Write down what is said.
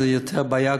זה יותר בעיה,